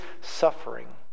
suffering